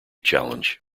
challenge